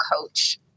coach